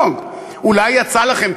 אולי יצא לכם,